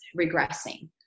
regressing